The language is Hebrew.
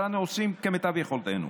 אבל אנחנו עושים כמיטב יכולתנו.